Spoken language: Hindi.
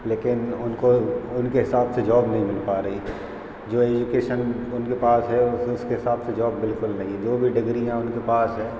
लेकिन उनको उनके हिसाब से जॉब नहीं मिल पा रही है जो एजुकेसन उनके पास है उसे उसके हिसाब से जॉब बिल्कुल नहीं जो भी डिग्रियाँ उनके पास है